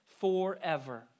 forever